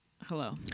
Hello